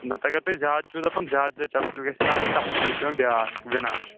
نتہٕ اَگر تُہۍ زیادٕ چھِو دَپان زیادٕ زیادٕ چپٹر گژھَن آسٕنۍ تَتھ خٲطرٕ چھُ مےٚ بیٛاکھ وِناش